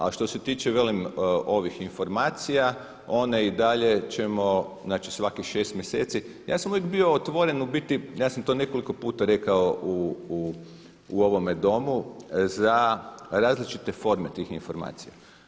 A što se tiče velim ovih informacija, one i dalje ćemo svakih šest mjeseci, ja sam uvijek bio otvoren u biti, ja sam to nekoliko puta rekao u ovome Domu za različite forme tih informacija.